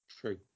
True